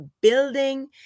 building